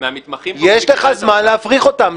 מהמתמחים --- יש לך זמן להפריך אותם.